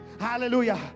Hallelujah